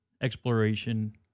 exploration